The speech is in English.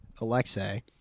Alexei